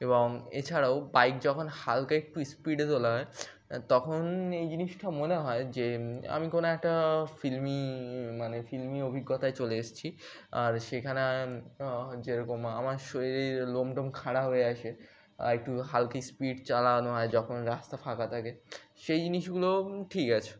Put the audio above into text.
এবং এছাড়াও বাইক যখন হালকা একটু স্পিডে তোলা হয় তখন এই জিনিসটা মনে হয় যে আমি কোনো একটা ফিল্মি মানে ফিল্মি অভিজ্ঞতায় চলে এসেছি আর সেখানে যেরকম আমার শরীরের লোমটোম খাড়া হয়ে আসে আর একটু হালকা স্পিড চালানো হয় যখন রাস্তা ফাঁকা থাকে সেই জিনিসগুলো ঠিক আছে